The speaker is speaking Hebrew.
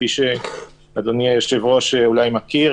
כפי שאדוני היושב-ראש אולי מכיר,